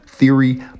theory